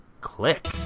click